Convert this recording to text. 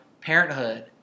parenthood